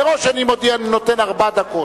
מראש אני מודיע: אני נותן ארבע דקות.